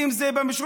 ואם זה במשולש,